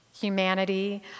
humanity